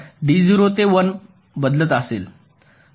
तर D 0 ते 1 बदलत आहेत